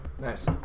Nice